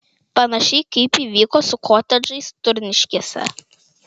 panašiai kaip įvyko su kotedžais turniškėse